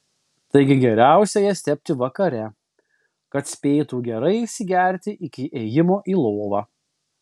taigi geriausia jas tepti vakare kad spėtų gerai įsigerti iki ėjimo į lovą